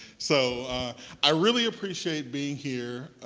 so i really appreciate being here,